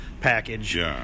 package